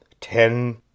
ten